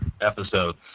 episode